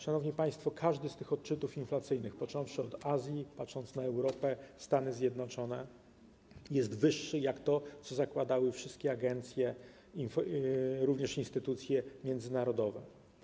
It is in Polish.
Szanowni państwo, każdy z tych odczytów inflacyjnych, począwszy od Azji, patrząc na Europę, Stany Zjednoczone, jest wyższy od tego, co zakładały wszystkie agencje, również instytucje międzynarodowe.